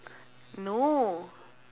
no